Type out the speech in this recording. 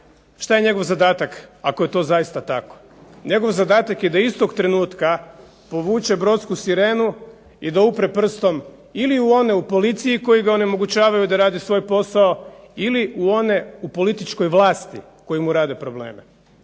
što je njegov zadatak ako je to zaista tako? Njegov zadatak je da istog trenutka povuče brodsku sirenu i da upre prstom u one ili u policiji koji ga onemogućavaju da radi svoj posao ili u one u političkoj vlasti koji mu rade probleme,